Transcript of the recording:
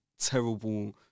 terrible